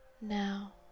Now